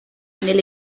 nelle